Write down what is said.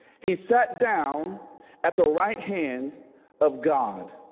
he sat down at the right hand of god